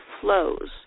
flows